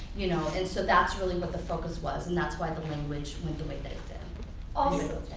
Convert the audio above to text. you know, and so that's really what the focus was and that's why the language went the way that it did. ah